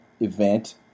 event